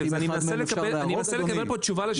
אני מנסה לקבל פה תשובה.